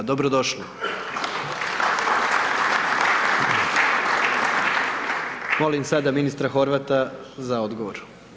Dobro došli! … Molim sada ministra Horvata za odgovor.